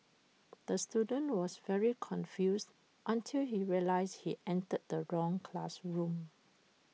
the student was very confused until he realised he entered the wrong classroom